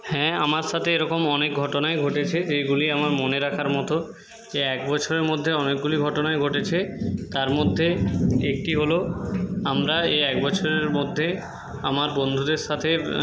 হ্যাঁ আমার সাথে এরকম অনেক ঘটনাই ঘটেছে যেইগুলি আমার মনে রাখার মতো এই এক বছরের মধ্যে অনেকগুলি ঘটনাই ঘটেছে তার মধ্যে একটি হলো আমরা এই এক বছরের মধ্যে আমার বন্ধুদের সাথে